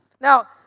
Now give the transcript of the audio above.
Now